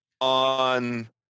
on